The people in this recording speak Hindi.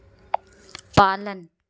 पालन